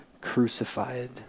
crucified